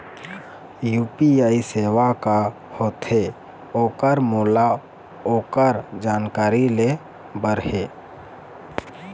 UPI सेवा का होथे ओकर मोला ओकर जानकारी ले बर हे?